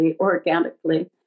organically